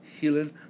healing